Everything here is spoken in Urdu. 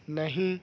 نہیں